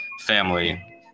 family